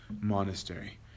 monastery